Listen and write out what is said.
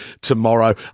tomorrow